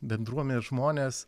bendruomenes žmones